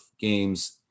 games